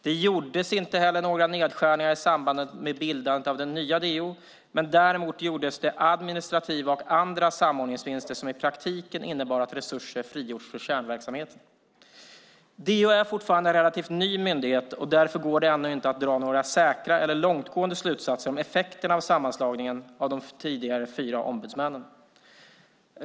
Det gjordes inte heller några nedskärningar i samband med bildandet av nya DO, men däremot gjordes det administrativa och andra samordningsvinster som i praktiken innebar att resurser har frigjorts för kärnverksamheten. DO är fortfarande en relativt ny myndighet, och därför går det ännu inte att dra några säkra eller långtgående slutsatser om effekterna av sammanslagningen av de tidigare fyra ombudsmännen.